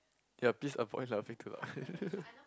ya please avoid laughing too loudly